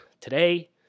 today